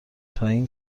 تااین